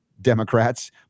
Democrats